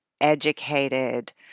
educated